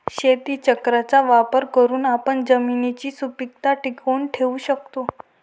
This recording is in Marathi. शेतीचक्राचा वापर करून आपण जमिनीची सुपीकता टिकवून ठेवू शकतो